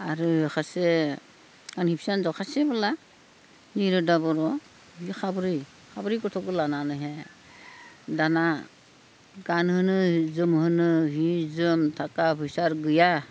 आरो सासे आंनि फिसा हिन्जाव खासेबोला निरुदा बर' बियो साब्रै गथ'खौ लानानैहाय दाना गानहोनो जोमहोनो जि जोम थाखा फैसा आरो गैया